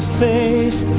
face